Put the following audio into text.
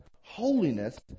holiness